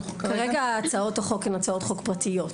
כרגע הצעות החוק הן הצעות חוק פרטיות,